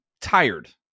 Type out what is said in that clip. tired